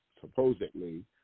supposedly